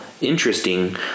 interesting